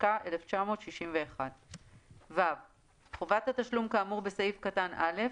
התשכ"א 1961‏. (ו)חובת התשלום כאמור בסעיף קטן (א)